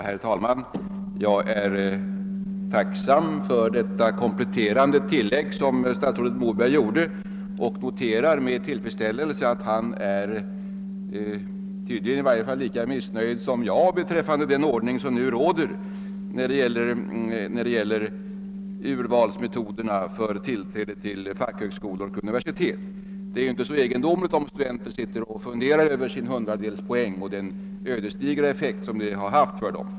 Herr talman! Jag är tacksam för det kompletterande tillägg som statsrådet Moberg gjorde och noterar med tillfredsställelse att han tydligen i varje fall är lika missnöjd som jag beträffande den ordning som nu råder beträffande urvalsmetoderna för tillträde till fackhögskolor och universitet. Det är inte så egendomligt om studenter funderar över den ödesdigra effekt som en felande hundradelspoäng i vissa fall haft för dem.